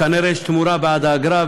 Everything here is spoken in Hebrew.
כנראה יש תמורה בעד האגרה,